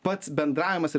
pats bendravimas ir